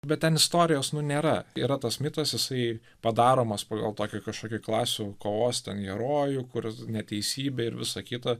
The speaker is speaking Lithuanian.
bet ten istorijos nėra yra tas mitas jisai padaromas pagal tokį kažkokį klasių kovos ten herojų kur neteisybė ir visa kita